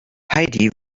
heidi